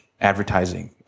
advertising